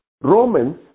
Romans